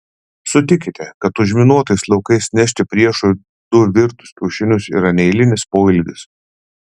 sutikite kad užminuotais laukais nešti priešui du virtus kiaušinius yra neeilinis poelgis